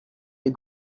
les